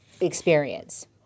experience